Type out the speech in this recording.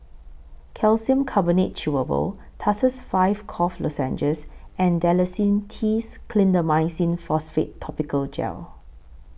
Calcium Carbonate Chewable Tussils five Cough Lozenges and Dalacin T Clindamycin Phosphate Topical Gel